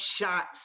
shots